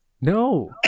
No